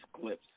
clips